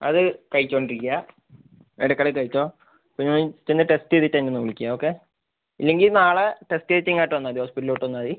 അത് കഴിച്ചുകൊണ്ടിരിക്കുക ഇടക്കിടയ്ക്ക് കഴിച്ചോ പിന്നെ ചെന്ന് ടെസ്റ്റ് ചെയ്തിട്ട് എന്നെ ഒന്ന് വിളിക്കുക ഓക്കെ ഇല്ലെങ്കിൽ നാളെ ടെസ്റ്റ് ചെയ്തിട്ട് ഇങ്ങോട്ട് വന്നാൽ മതി ഹോസ്പിറ്റലിലോട്ട് വന്നാൽ മതി